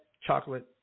chocolate